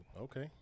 Okay